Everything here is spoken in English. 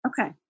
Okay